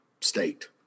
state